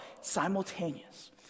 simultaneous